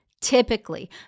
typically